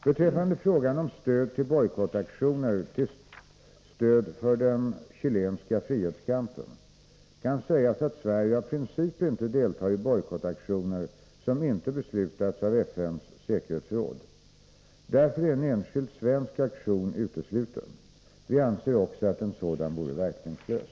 Beträffande frågan om stöd till bojkottaktioner till stöd för den chilenska frihetskampen kan sägas att Sverige av princip inte deltar i bojkottaktioner som inte beslutats av FN:s säkerhetsråd. Därför är en enskild svensk aktion utesluten. Vi anser också att en sådan vore verkningslös.